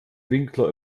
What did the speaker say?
winkler